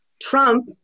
Trump